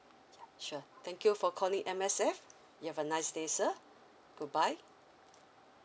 ya sure thank you for calling M_S_F you have a nice day sir goodbye